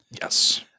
Yes